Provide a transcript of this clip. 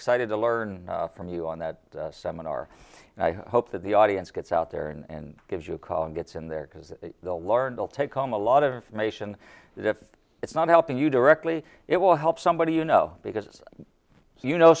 excited to learn from you on that seminar and i hope that the audience gets out there and gives you a call and gets in there because they'll larn will take home a lot of information that if it's not helping you directly it will help somebody you know because you know